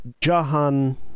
Jahan